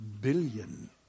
billion